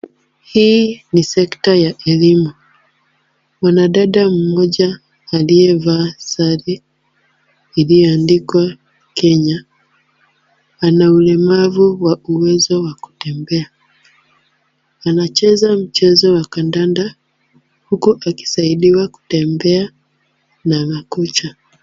Hii ni sekta ya elimu. Mwanadada mmoja aliyevaa sare iliyoandikwa Kenya ana ulemavu wa uwezo wa kutembea. Anacheza mchezo wa kandanda huku akisaidiwa kutembea na makucha.